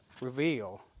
reveal